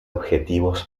objetivos